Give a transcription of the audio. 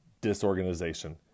disorganization